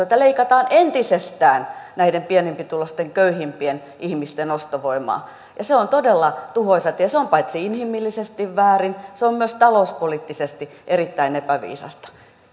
että leikataan entisestään näiden pienempituloisten köyhimpien ihmisten ostovoimaa ja se on todella tuhoisa tie se on paitsi inhimillisesti väärin se on myös talouspoliittisesti erittäin epäviisasta